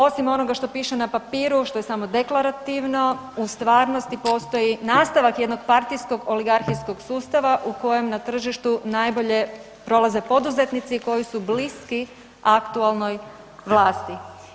Osim onoga što piše na papiru što je samo deklarativno u stvarnosti postoji nastavak jednog partijskog oligarhijskog sustava u kojem na tržištu najbolje prolaze poduzetnici koji su bliski aktualnoj vlasti.